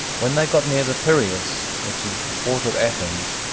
when they got near the piraeus, which is the port of athens,